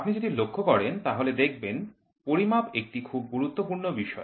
আপনি যদি লক্ষ্য করেন তাহলে দেখবেন পরিমাপ একটি খুব গুরুত্বপূর্ণ বিষয়